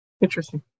Interesting